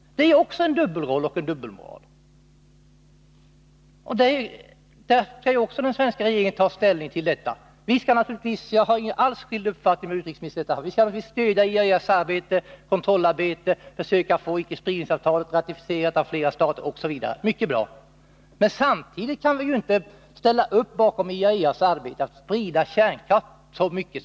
Det är också en dubbelroll och en dubbelmoral. Den svenska regeringen skall ju ta ställning också till detta. Jag har inte alls någon från utrikesministern skild uppfattning i det här avseendet. Vi skall naturligtvis stödja IAEA:s kontrollarbete och försök att få icke-spridningsavtalet ratificerat av fler stater. Detta är mycket bra. Men samtidigt kan vi ju inte ställa upp bakom IAEA:s arbete att så mycket som möjligt sprida kärnkraft.